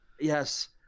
Yes